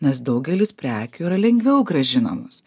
nes daugelis prekių yra lengviau grąžinamos